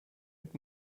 mit